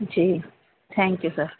G thank you sir